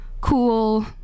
cool